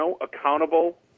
accountable